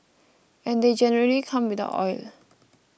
and they generally come without oil